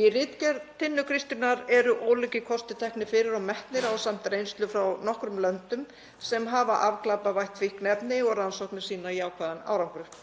Í ritgerð Tinnu Kristínar eru ólíkir kostir teknir fyrir og metnir ásamt reynslu frá nokkrum löndum sem hafa afglæpavætt fíkniefni og rannsóknir sýna jákvæðan árangur.